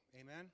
amen